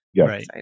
Right